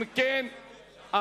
אם כן,